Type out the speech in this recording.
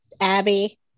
Abby